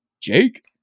jake